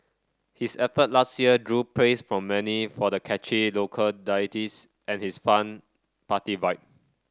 his effort last year drew praise from many for the catchy local ditties and his fun party vibe